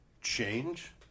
change